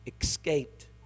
escaped